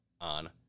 on